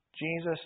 Jesus